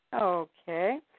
Okay